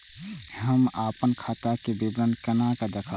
हम अपन खाता के विवरण केना देखब?